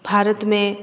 भारत में